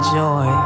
joy